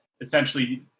essentially